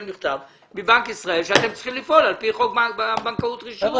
מכתבים מבנק ישראל שהם צריכים לפעול על פי חוק בנקאית (רישוי).